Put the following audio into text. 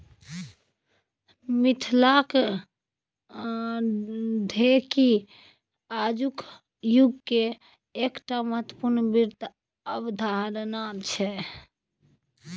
मिथिलाक ढेकी आजुक युगकेर एकटा महत्वपूर्ण वित्त अवधारणा छै